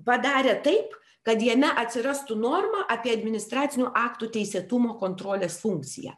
padarė taip kad jame atsirastų norma apie administracinių aktų teisėtumo kontrolės funkciją